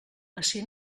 ací